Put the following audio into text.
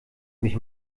mich